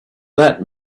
that